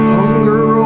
Hunger